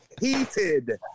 heated